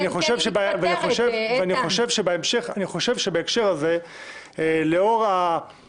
אני מכיר הרבה פעמים שבהם יושבי-ראש ועדות וגם מתוך